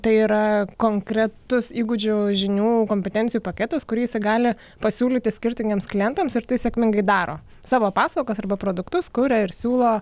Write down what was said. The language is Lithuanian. tai yra konkretus įgūdžių žinių kompetencijų paketas kurį jisai gali pasiūlyti skirtingiems klientams ir tai sėkmingai daro savo paslaugas arba produktus kuria ir siūlo